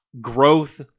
growth